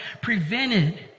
prevented